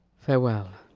farewell.